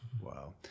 Wow